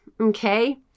okay